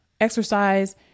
exercise